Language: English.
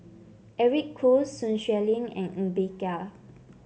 Eric Khoo Sun Xueling and Ng Bee Kia